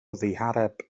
ddihareb